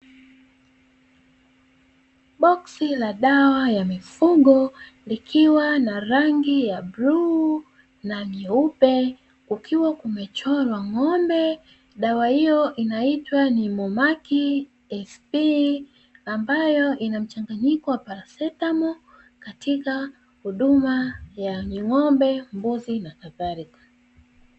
Boksi ya dawa ya mifugo ikiwa na rangi ya bluu na nyeupe kukiwa kumechorwa ng’ombe, dawa hiyo inaitwa "nimomac sp" ambayo ina mchanganyiko wa "paracetamol", katika huduma ya mifugo ya ng’ombe na kadharika.